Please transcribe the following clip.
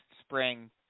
spring